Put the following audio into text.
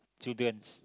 children